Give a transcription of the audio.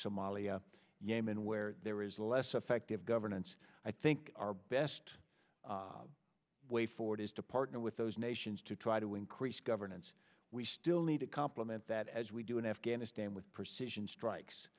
somalia yemen where there is less effective governance i think our best way forward is to partner with those nations to try to increase governance we still need to compliment that as we do in afghanistan with precision strikes